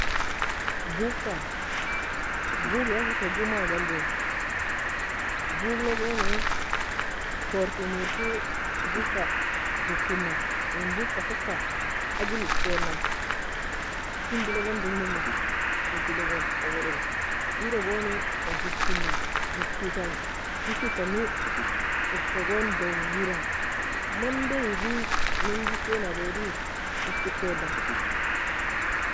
Bugka بوق asika gumag algei, buglo goni kortin murku, bugka huffina, in bugka sokka agila eskaina, shundilo gon dumina eddilo gon tawo logo. Wida goni fa huffina, huffikan hissi tani okka gon dawira mando wirri menjikon ademri eska ukkaina.